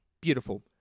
Beautiful